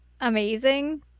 amazing